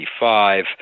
1995